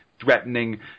threatening